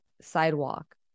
sidewalk